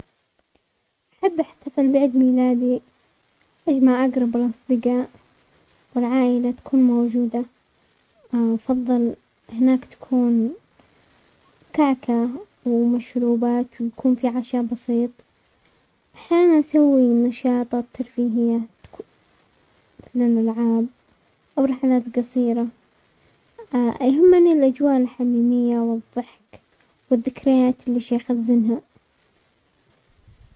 احب احتفل بعيد ميلادي، اجمع اقرب الاصدقاء، والعائلة تكون موجودة، افضل هناك تكون كعكة ومشروبات ويكون في عشاء بسيط، احيانا نسوي نشاطات ترفيهية العاب او رحلات قصيرة، يهمني الاجواء الحميمية والضحك، والذكريات اللي شا يخزنها